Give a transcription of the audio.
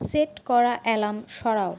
set করা alarm সরাও